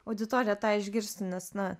auditorija tą išgirstų nes na